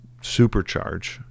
supercharge